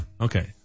Okay